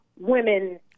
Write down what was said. women